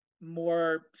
more